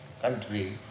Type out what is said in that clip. country